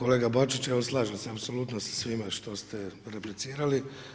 Kolega Bačić, slažem se apsolutno sa svime što ste replicirali.